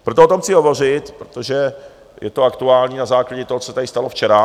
Proto o tom chci hovořit, protože je to aktuální na základě toho, co se tady stalo včera.